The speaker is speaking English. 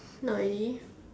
not really